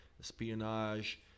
espionage